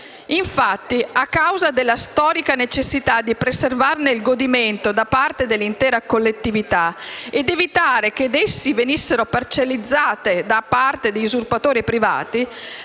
Infatti, a causa della storica necessità di preservarne il godimento da parte dell'intera collettività ed evitare la loro parcellizzazione da parte di usurpatori e privati,